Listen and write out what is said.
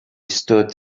stood